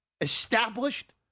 established